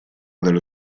dello